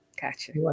gotcha